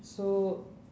so